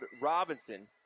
Robinson